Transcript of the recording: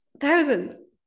thousands